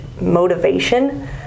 motivation